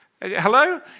Hello